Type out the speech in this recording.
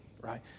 right